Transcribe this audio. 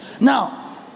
Now